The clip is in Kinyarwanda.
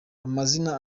amazina